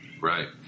Right